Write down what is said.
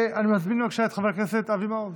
אני מזמין, בבקשה, את חבר הכנסת אבי מעוז.